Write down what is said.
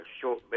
short